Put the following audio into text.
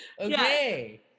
okay